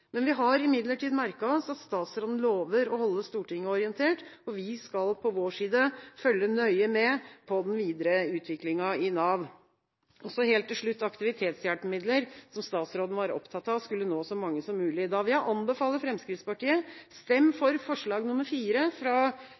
Vi har imidlertid merket oss at statsråden lover å holde Stortinget orientert, og vi skal på vår side følge nøye med på den videre utviklinga i Nav. Helt til slutt vil jeg si noen ord om aktivitetshjelpemidler, som statsråden var opptatt av at skulle nå så mange som mulig. Da vil jeg anbefale Fremskrittspartiet å stemme for forslag nr. 4 fra